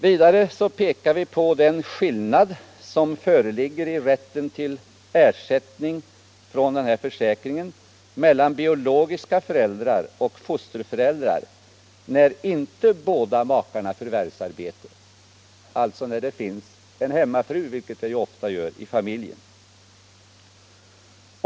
Vidare pekar vi på den skillnad som föreligger i rätten till ersättning från denna försäkring mellan biologiska föräldrar och fosterföräldrar, när inte båda makarna förvärvsarbetar — alltså när det finns en hemmafru, vilket ofta är fallet i familjer.